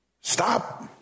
Stop